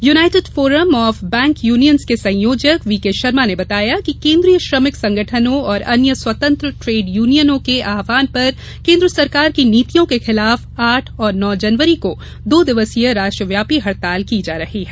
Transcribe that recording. United Forum of Bank Unions के संयोजक V K Sharma ने बताया कि केंद्रीय श्रमिक संगठनों और अन्य स्वतंत्र ट्रेड यूनियनों के आहवान पर केंद्र सरकार की नीतियों के खिलाफ आठ और नौ जनवरी को दो दिवसीय राष्ट्रव्यापी हड़ताल की जा रही है